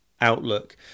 outlook